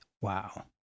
Wow